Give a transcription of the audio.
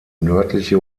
nördliche